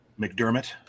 McDermott